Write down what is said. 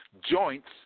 joints